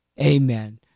Amen